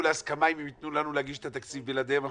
להסכמה אם הם ייתנו לנו להגיש את התקציב בלעדיהם?